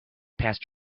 past